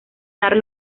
dar